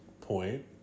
point